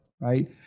right